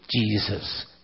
Jesus